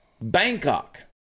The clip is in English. Bangkok